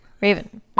raven